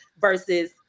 versus